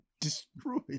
destroyed